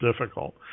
difficult